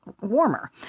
warmer